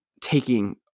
taking